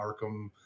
Arkham